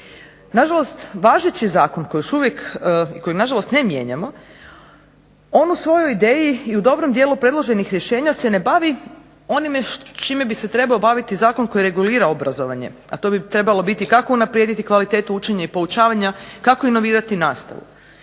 Nažalost, važeći zakon koji nažalost ne mijenjamo on u svojoj ideji i u dobrom dijelu predloženih rješenja se ne bavi onim čime bi se trebao baviti zakon koji je regulira obrazovanje, a to bi trebalo biti kako unaprijediti kvalitetu učenja i poučavanja, kako inovirati nastavu.